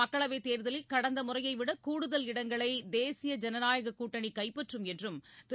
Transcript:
மக்களவைத் தேர்தலில் கடந்த முறையை விட கூடுதல் இடங்களை தேசிய ஜனநாயக்கூட்டணி கைப்பற்றும் என்றும் திரு